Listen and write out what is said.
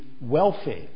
welfare